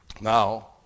Now